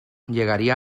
llegaría